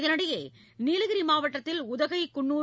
இதனிடையே நீலகிரி மாவட்டத்தில் உதகை குன்னூர்